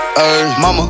Mama